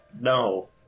No